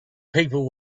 people